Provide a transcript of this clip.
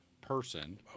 person